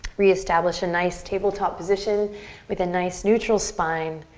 reestablish a nice tabletop position with a nice neutral spine.